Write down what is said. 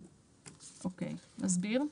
אוקיי, נסביר.